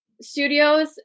studios